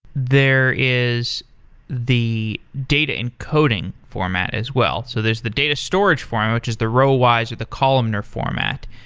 there is the data encoding format as well. so there's the data storage format, which is the row-wise or the columnar format.